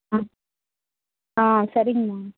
ஆ ஆ சரிங்கம்மா